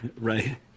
Right